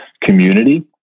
community